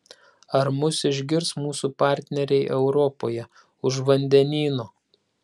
ar mus išgirs mūsų partneriai europoje už vandenyno